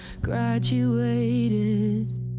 graduated